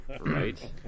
Right